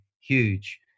huge